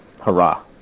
hurrah